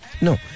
No